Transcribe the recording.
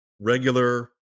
regular